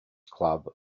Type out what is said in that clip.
club